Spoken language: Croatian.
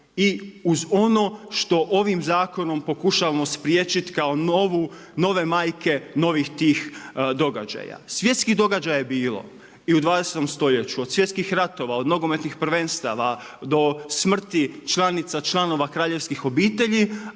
i uz ono što ovim zakonom pokušavamo spriječiti kao novu, nove majke novih tih događaja. Svjetskih događaja je bilo i u 20. stoljeću od svjetskih ratova, od nogometnih prvenstava do smrti članica, članova kraljevskih obitelji.